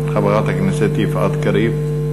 חברת הכנסת יפעת קריב.